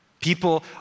People